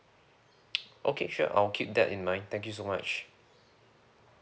okay sure I'll keep that in mind thank you so much